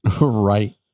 Right